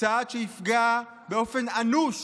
צעד שיפגע באופן אנוש